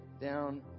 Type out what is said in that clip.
down